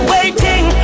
Waiting